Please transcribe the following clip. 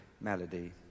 melody